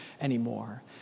anymore